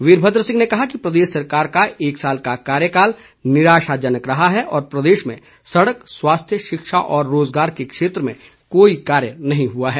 वीरभद्र सिंह ने कहा कि प्रदेश सरकार का एक साल का कार्यकाल निराशाजनक रहा है और प्रदेश में सड़क स्वास्थ्य शिक्षा व रोजगार के क्षेत्र में कोई कार्य नहीं हुआ है